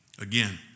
Again